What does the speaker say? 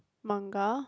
manga